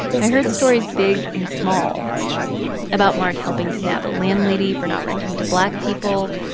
i heard stories big and small about mark helping to nab a landlady for not renting to black people,